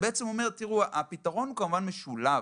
הפתרון הוא כמובן משולב.